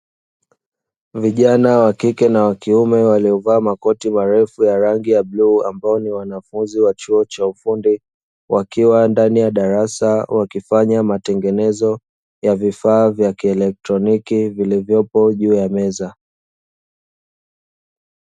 Vijana wa kike na wakiume waliovaa makoti marefu ya rangi ya bluu ambao ni wanafunzi wa chuo cha ufundi, wakiwa ndani ya darasa wakifanya matengenezo ya vifaa vya kielektroniki vilivyopo juu ya meza.